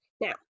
Now